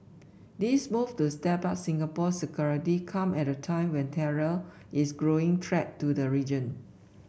these moves to step up Singapore's security come at a time when terror is a growing threat to the region